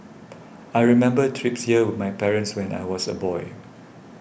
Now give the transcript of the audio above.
I remember trips here with my parents when I was a boy